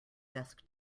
desk